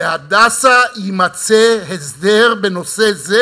ל"הדסה" יימצא הסדר בנושא זה.